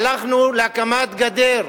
הלכנו להקמת גדר.